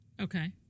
Okay